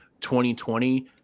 2020